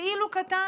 כאילו קטן,